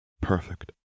Perfect